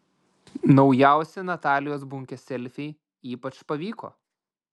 naujausi natalijos bunkės selfiai ypač pavyko